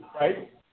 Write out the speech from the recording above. right